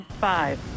Five